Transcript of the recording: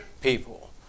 people